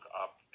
up